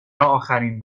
آخرین